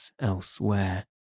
elsewhere